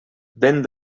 vent